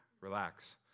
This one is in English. relax